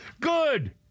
Good